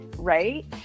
right